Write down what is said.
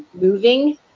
moving